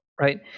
right